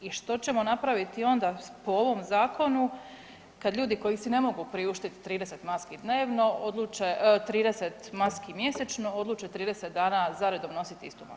I što ćemo napraviti onda po ovom zakonu kad ljudi koji si ne mogu priuštiti 30 maski dnevno odluče, 30 maski mjesečno odluče 30 dana zaredom nositi istu masku?